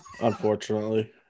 Unfortunately